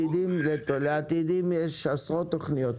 לעתידים יש עשרות תכניות.